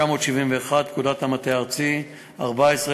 1971, פקודת המטה הארצי 140105,